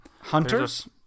Hunters